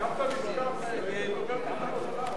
ההסתייגות של חבר הכנסת אורי אריאל לסעיף